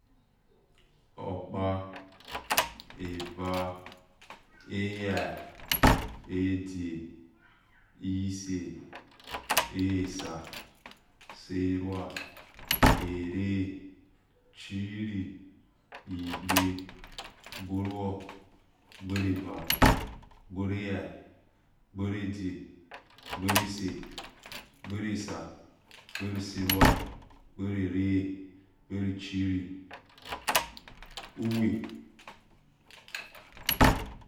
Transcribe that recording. Okpa, eva, eya, edge, ise, esa, serua, ere, ohiri, igbe, gborua, gbereva, gbore era, gbore edge, gbore isi, gbori serue, gbori ere, gbori chiri, uwe